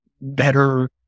better